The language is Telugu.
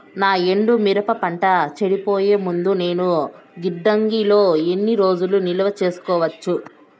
నా ఎండు మిరప పంట చెడిపోయే ముందు నేను గిడ్డంగి లో ఎన్ని రోజులు నిలువ సేసుకోవచ్చు?